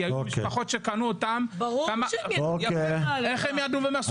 כי היו משפחות שקנו, איך הם ידעו והם עשו את זה.